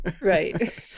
Right